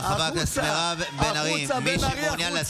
חברת הכנסת מירב בן ארי, מי